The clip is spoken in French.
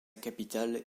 capitale